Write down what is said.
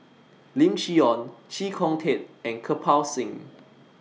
Lim Chee Onn Chee Kong Tet and Kirpal Singh